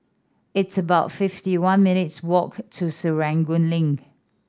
it's about fifty one minutes' walk to Serangoon Link